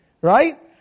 Right